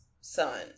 son